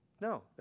No